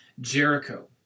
Jericho